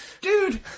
dude